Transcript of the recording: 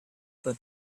that